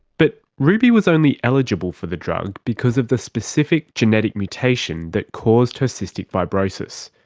but ruby was only eligible for the drug because of the specific genetic mutation that caused her cystic fibrosis.